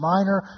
Minor